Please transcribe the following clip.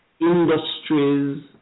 industries